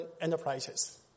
enterprises